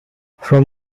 from